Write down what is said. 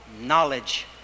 knowledge